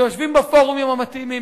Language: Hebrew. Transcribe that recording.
שיושבים בפורומים המתאימים,